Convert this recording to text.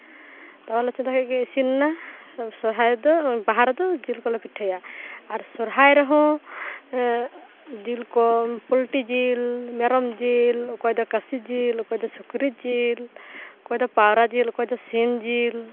ᱛᱟᱣᱟ ᱨᱮᱞᱮ ᱪᱚᱸᱫᱟ ᱠᱮᱫ ᱜᱮ ᱤᱥᱤᱱ ᱱᱟ ᱟᱫᱚ ᱥᱚᱦᱚᱨᱟᱭ ᱨᱮᱫᱚ ᱵᱟᱦᱟ ᱨᱮᱫᱚ ᱡᱤᱞ ᱠᱚᱞᱮ ᱯᱤᱴᱷᱟᱹᱭᱟ ᱟᱨ ᱥᱚᱦᱚᱨᱟᱭ ᱨᱮᱦᱚᱸ ᱡᱤᱞ ᱠᱚ ᱯᱳᱞᱴᱤ ᱡᱤᱞ ᱢᱮᱨᱚᱢ ᱡᱤᱞ ᱚᱠᱚᱭ ᱫᱚ ᱠᱟᱹᱥᱤ ᱡᱤᱞ ᱚᱠᱚᱭ ᱫᱚ ᱥᱩᱠᱨᱤ ᱡᱤᱞ ᱚᱠᱚᱭ ᱫᱚ ᱯᱟᱣᱨᱟ ᱡᱤᱞ ᱚᱠᱚᱭ ᱫᱚ ᱥᱤᱢ ᱡᱤᱞ